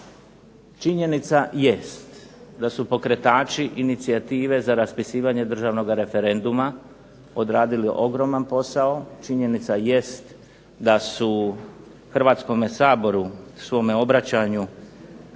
Činjenica jest da su pokretači inicijative za raspisivanje državnoga referenduma odradili ogroman posao, činjenica jest da su Hrvatskome saboru, svome obraćanju